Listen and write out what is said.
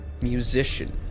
musician